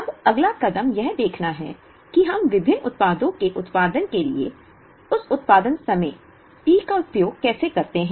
अब अगला कदम यह देखना है कि हम विभिन्न उत्पादों के उत्पादन के लिए उस उत्पादन समय P का उपयोग कैसे करते हैं